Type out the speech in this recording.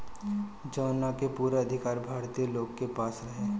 जवना के पूरा अधिकार भारतीय लोग के पास रहे